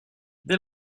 dès